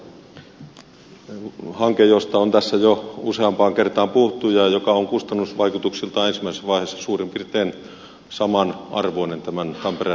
sehän on hanke josta on tässä jo useampaan kertaan puhuttu ja joka on kustannusvaikutuksiltaan ensimmäisessä vaiheessa suurin piirtein saman arvoinen tämän tampereen rantaväylän kanssa